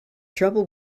trouble